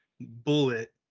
bullet